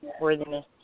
Worthiness